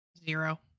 Zero